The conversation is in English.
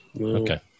Okay